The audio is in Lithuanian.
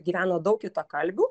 gyvena daug kitakalbių